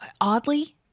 oddly